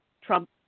Trump